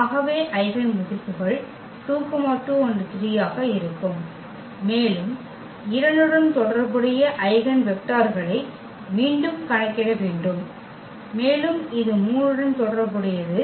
ஆகவே ஐகென் மதிப்புக்கள் 2 2 3 ஆக இருக்கும் மேலும் 2 உடன் தொடர்புடைய ஐகென் வெக்டர்களை மீண்டும் கணக்கிட வேண்டும் மேலும் இது 3 உடன் தொடர்புடையது